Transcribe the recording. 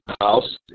house